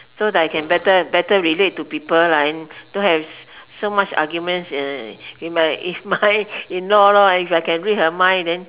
so that I can better better relate to people lah and don't have so much arguments uh with my with my in law lor if I can read her mind then